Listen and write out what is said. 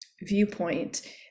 viewpoint